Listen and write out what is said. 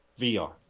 VR